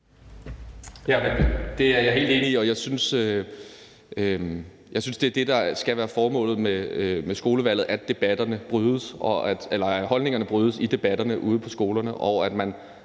Det er jeg helt enig i, og jeg synes, at det er det, der skal være formålet med skolevalget, nemlig at holdningerne brydes i debatterne ude på skolerne, og at man